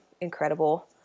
incredible